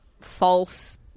false